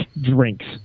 drinks